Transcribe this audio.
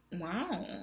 wow